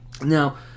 Now